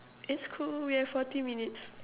that's cool we have forty minutes